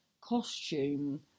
costume